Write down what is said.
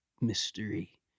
mystery